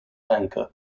anchor